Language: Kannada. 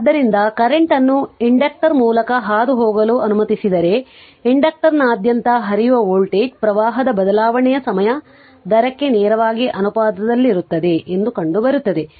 ಆದ್ದರಿಂದ ಕರೆಂಟ್ ಅನ್ನು ಇಂಡಕ್ಟರ್ ಮೂಲಕ ಹಾದುಹೋಗಲು ಅನುಮತಿಸಿದರೆ ಇಂಡಕ್ಟರ್ನಾದ್ಯಂತದ ಹರಿಯುವ ವೋಲ್ಟೇಜ್ ಪ್ರವಾಹದ ಬದಲಾವಣೆಯ ಸಮಯ ದರಕ್ಕೆ ನೇರವಾಗಿ ಅನುಪಾತದಲ್ಲಿರುತ್ತದೆ ಎಂದು ಕಂಡುಬರುತ್ತದೆ